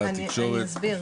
במסך.